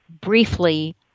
briefly